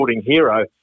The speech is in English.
hero